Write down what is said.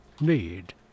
need